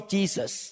Jesus